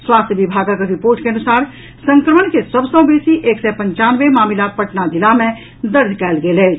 स्वास्थ्य विभागक रिपोर्ट के अनुसार संक्रमण के सभ सँ बेसी एक सय पंचानवे मामिला पटना जिला मे दर्ज कयल गेल अछि